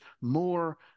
more